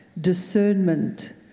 discernment